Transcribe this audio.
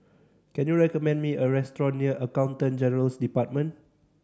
can you recommend me a restaurant near Accountant General's Department